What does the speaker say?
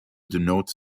denote